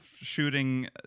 shooting